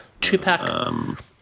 two-pack